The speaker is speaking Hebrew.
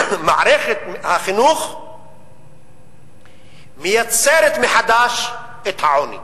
מערכת החינוך מייצרת מחדש את העוני.